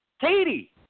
Katie